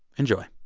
enjoy